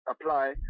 apply